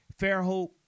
Fairhope